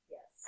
Yes